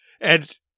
and-